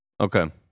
okay